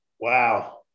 Wow